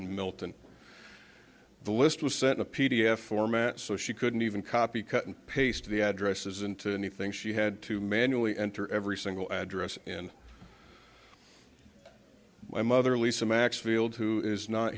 and milt and the list was sent a p d f format so she couldn't even copy cut and paste the addresses into anything she had to manually enter every single address in my mother lisa maxfield who is not